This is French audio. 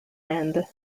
inde